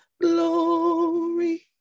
glory